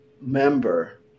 member